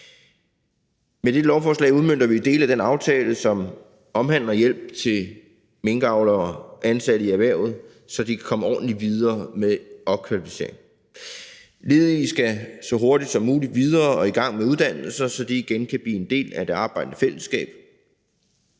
Med dette lovforslag udmønter vi dele af den aftale, som omhandler hjælp til minkavlere og ansatte i erhvervet, så de kan komme ordentligt videre med opkvalificering. Ledige skal så hurtigt som muligt videre og i gang med uddannelse, så de igen kan blive en del af det arbejdende fællesskab